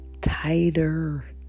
tighter